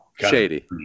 shady